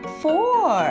four